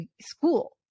school